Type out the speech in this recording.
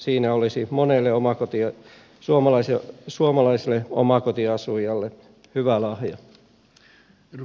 siinä olisi monelle suomalaiselle omakotiasujalle hyvä lahja